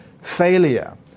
failure